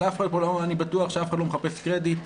אני בטוח שאף אחד פה לא מחפש קרדיט,